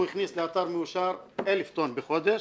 הוא הכניס לאתר מאושר אלף טון בחודש,